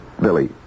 Billy